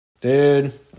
Dude